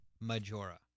majora